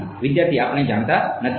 આપણે ની કિંમત જાણતા નથી